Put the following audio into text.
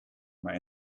maar